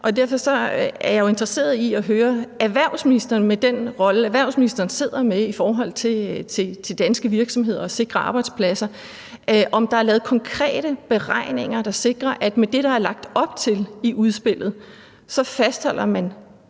og det at sikre arbejdspladser – om der er lavet konkrete beregninger, der sikrer, at med det, der er lagt op til i udspillet, fastholder man